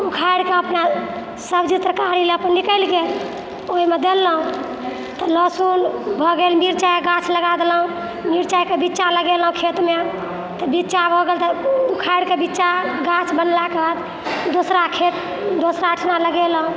उखाड़िके अपना सब्जी तरकारिले निकैल गेल ओहिमे देलहुॅं तऽ लहसुन भऽ गेल मिरचाइ गाछ लगा देलहुॅं मिरचाइके बिच्चा लगेलहुॅं खेतमे बिच्चा भऽ गेल तऽ उखाड़िके बिच्चा गाछ बनलाके बाद दूसरा खेत दोसरा ठिमा मे लगेलहुॅं